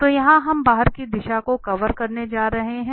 तो यहां हम बाहर की दिशा को कवर करने जा रहे हैं